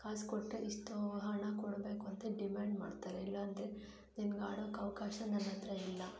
ಕಾಸು ಕೊಟ್ಟರೆ ಇಷ್ಟು ಹಣ ಕೊಡಬೇಕು ಅಂತ ಡಿಮ್ಯಾಂಡ್ ಮಾಡ್ತಾರೆ ಇಲ್ಲ ಅಂದರೆ ನಿನಗೆ ಆಡೋಕೆ ಅವಕಾಶ ನನ್ನ ಹತ್ರ ಇಲ್ಲ